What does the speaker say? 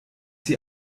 sie